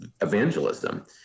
evangelism